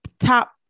top